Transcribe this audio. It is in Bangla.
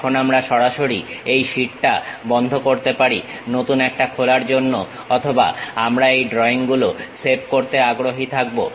এখন আমরা সরাসরি এই শীটটা বন্ধ করতে পারি নতুন একটা খোলার জন্য অথবা আমরা এই ড্রয়িং গুলো সেভ করতে আগ্রহী থাকবো